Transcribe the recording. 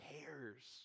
cares